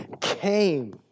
came